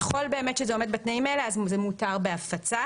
ככל שזה עומד בתנאים האלה, זה מותר בהפצה.